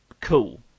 cool